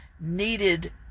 Needed